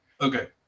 Okay